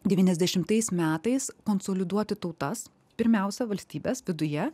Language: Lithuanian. devyniasdešimtais metais konsoliduoti tautas pirmiausia valstybės viduje